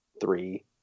three